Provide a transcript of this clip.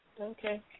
okay